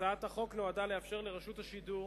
הצעת החוק נועדה לאפשר לרשות השידור